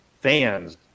fans